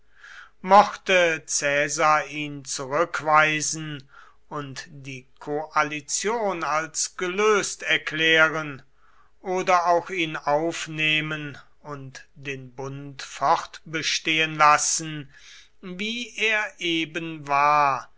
mochte caesar ihn zurückweisen und die koalition als gelöst erklären oder auch ihn aufnehmen und den bund fortbestehen lassen wie er eben war